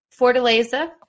Fortaleza